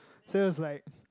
so that's like